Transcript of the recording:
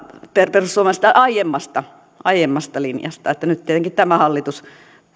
perussuomalaisten aiemmasta aiemmasta linjasta nyt tietenkin tämä hallitus